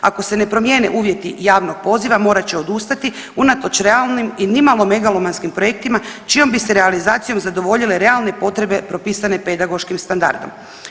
Ako se ne promijene uvjeti javnog poziva morat će odustati unatoč realnim i nimalo megalomanskim projektima čijom bi se realizacijom zadovoljile realne potrebe propisane pedagoškim standardom.